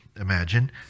imagine